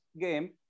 game